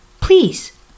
please